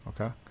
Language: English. Okay